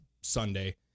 Sunday